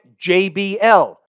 JBL